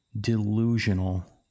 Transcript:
delusional